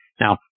Now